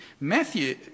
Matthew